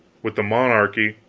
with the monarchy,